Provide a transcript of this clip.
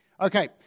Okay